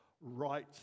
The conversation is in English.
right